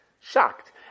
shocked